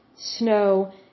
snow